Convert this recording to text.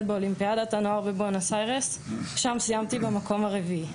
באולימפיאדת הנוער בבואנוס איירס וסיימתי במקום הרבי עי.